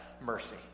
mercy